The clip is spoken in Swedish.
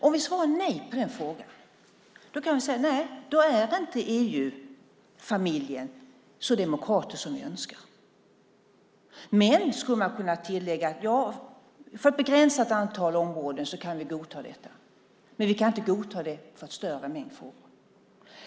Om vi svarar nej på frågorna kan vi säga att EU-familjen inte är så demokratisk som vi önskar. Men vi skulle kunna tillägga att för ett begränsat antal områden kan detta godtas, men inte för en större mängd frågor.